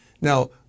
Now